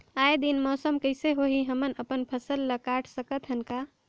आय दिन मौसम कइसे होही, हमन अपन फसल ल काट सकत हन का?